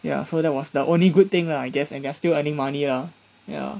ya so that was the only good thing lah I guess and you're still earning money lah ya